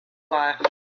life